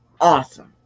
awesome